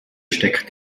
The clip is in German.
steckt